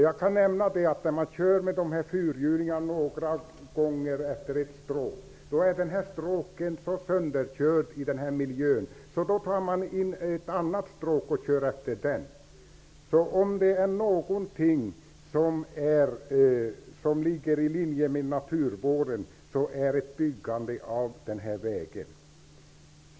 När man har kört några gånger med dessa fyrhjulingar i den här miljön blir stråken så sönderkörda att man börjar köra på andra stråk. Om det är någonting som ligger i linje med naturvården så är det ett byggande av den här vägen.